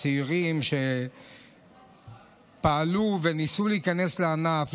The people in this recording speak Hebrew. צעירים שפעלו וניסו להיכנס לענף,